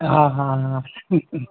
હા હા હા હમ હમ